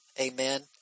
amen